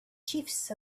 chiefs